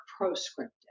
proscriptive